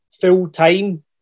full-time